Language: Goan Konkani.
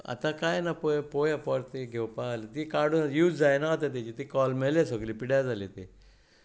आतां कांय ना पळय पळोवया पोरते घेवपा आल्या ती काडून यूज जायना आतां तेजी ती कोल्मेल्या सगली पिड्ड्यार जाल्या ती